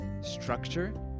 structure